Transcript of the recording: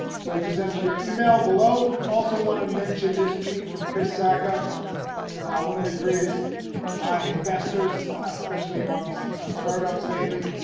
so just enter your email below. also wanna mention this tweet from chris sacca one of the greatest investors especially amongst startups lately.